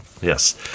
Yes